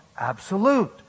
absolute